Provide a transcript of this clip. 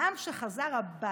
העם שחזר הביתה,